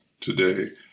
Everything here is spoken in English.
today